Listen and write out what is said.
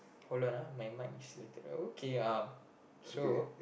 hold on uh my mic is okay uh so